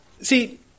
See